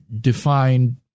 defined